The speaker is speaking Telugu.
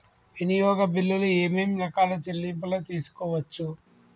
వినియోగ బిల్లులు ఏమేం రకాల చెల్లింపులు తీసుకోవచ్చు?